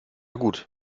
gut